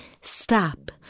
Stop